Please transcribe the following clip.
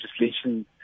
legislation